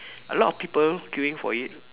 a lot of people queuing for it